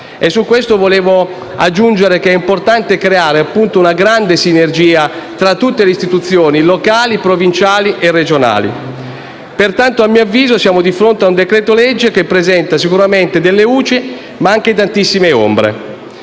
desidero aggiungere che è importante creare una grande sinergia tra tutte le istituzioni locali, provinciali e regionali. Pertanto, a mio avviso, siamo di fronte a un decreto-legge che presenta sicuramente delle luci, ma anche tantissime ombre.